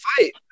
fight